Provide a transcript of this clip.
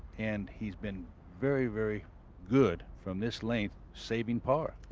and he's been very, very good from this length saving par.